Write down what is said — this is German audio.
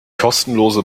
kostenlose